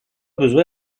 besoin